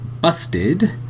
Busted